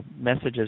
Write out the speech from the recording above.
messages